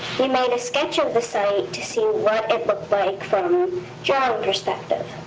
we made a sketch of the site to see what it looked like from general perspective.